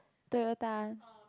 Toyota